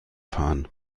fahren